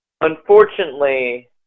unfortunately